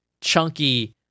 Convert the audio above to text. chunky